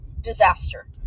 disaster